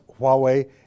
Huawei